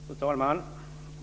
Fru talman!